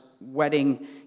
wedding